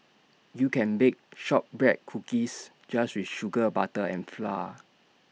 you can bake Shortbread Cookies just with sugar butter and flour